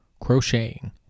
Crocheting